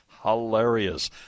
hilarious